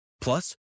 Plus